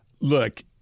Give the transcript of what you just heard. Look